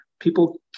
People